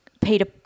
Peter